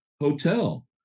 hotel